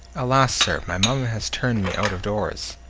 alas! sir, my mamma has turned me out of doors.